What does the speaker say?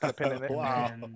wow